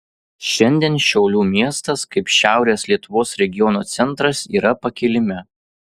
šiandien šiaulių miestas kaip šiaurės lietuvos regiono centras yra pakilime